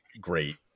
great